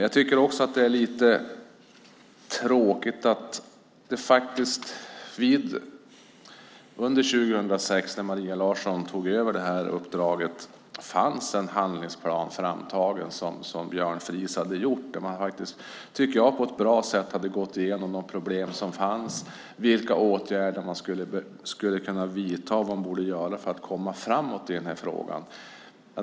Jag tycker också att det är lite tråkigt att det faktiskt under 2006 då Maria Larsson tog över detta uppdrag fanns en handlingsplan framtagen, som Björn Fries hade gjort. Där hade man, tycker jag, på ett bra sätt gått igenom de problem som fanns, vilka åtgärder man skulle kunna vidta och vad man borde göra för att komma framåt i frågan.